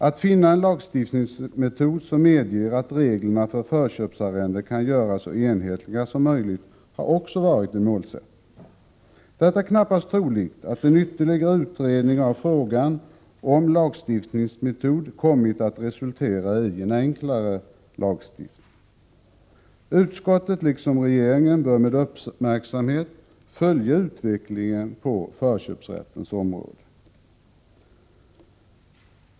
Att finna en lagstiftningsmetod som medger att reglerna för förköpsarrenden kan göras så enhetliga som möjligt har också varit en målsättning. Det är knappast troligt att en ytterligare utredning av frågan om lagstiftningsmetod kommit att resultera i en enklare lagstiftning. Utskottet liksom regeringen bör med uppmärksamhet följa utvecklingen på förköpsrättens område.